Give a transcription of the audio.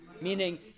Meaning